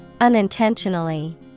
Unintentionally